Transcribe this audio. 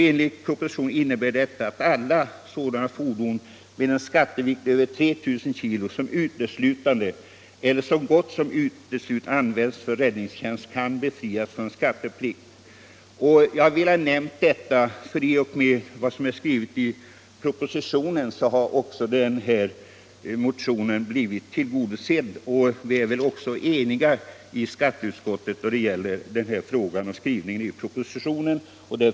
Enligt propositionen innebär detta att alla sådana fordon med en skattevikt över 3 000 kg som uteslutande eller så gott som utceslutande används vid räddningstjänst kan befrias från skatteplikt. Jag vill ha nämnt detta eftersom motionens önskemål —- enligt skrivningen i propositionen — blivit tillgodosedda. Vi är också cniga i skatteutskottet att tillstyrka propositionens förslag.